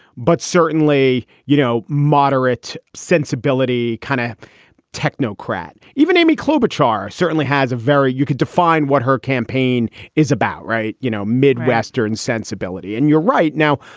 but certainly, you know, moderate sensibility, kind of a technocrat. even amy klobuchar certainly has a very you could define what her campaign is about, right. you know, midwestern sensibility. and you're right now,